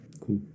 Cool